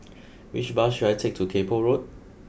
which bus should I take to Kay Poh Road